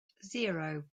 zero